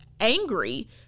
angry